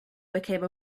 became